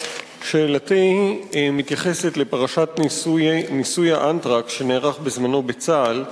שאלתי מתייחסת לפרשת ניסוי האנתרקס שנערך בזמנו בצה"ל.